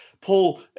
Paul